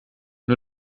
nur